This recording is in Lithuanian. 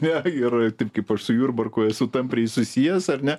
ne ir taip kaip aš su jurbarku esu tampriai susijęs ar ne